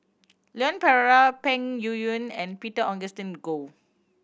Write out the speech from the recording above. Leon Perera Peng Yuyun and Peter Augustine Goh